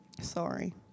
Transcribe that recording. Sorry